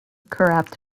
corrupt